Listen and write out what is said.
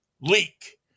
leak